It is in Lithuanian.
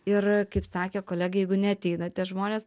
ir kaip sakė kolegė jeigu neateina tie žmonės